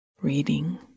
reading